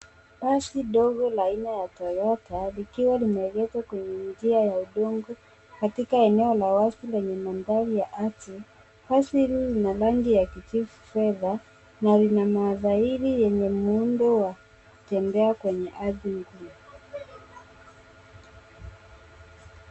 Basi dogo la aina ya toyota likiwa limeegeshwa kwenye njia ya udongo katika eneo la wazi lenye mandhari ya asili. Basi hili lina rangi ya kijivu fedha na lina matairi yenye muundo wa kutembea kwenye ardhi hiyo.